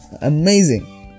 Amazing